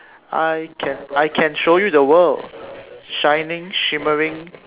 I can I can show you the world shining shimmering